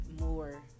more